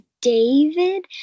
David